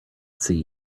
see